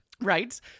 Right